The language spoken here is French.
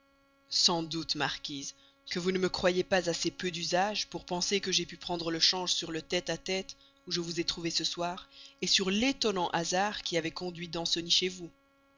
sans doute marquise que vous ne me croyez pas assez peu d'usage pour penser que j'aie pu prendre le change sur le tête-à-tête où je vous ai trouvée ce soir sur l'étonnant hasard qui avait conduit danceny chez vous